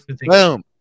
Boom